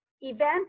event